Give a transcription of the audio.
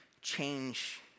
change